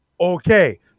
Okay